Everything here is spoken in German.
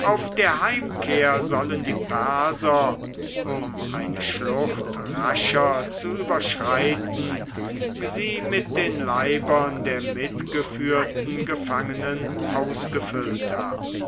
auf der heimkehr sollen die perser um eine schlucht rascher zu überschreiten sie mit den leibern der mitgeführten gefangenen ausgefüllt haben